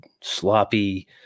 sloppy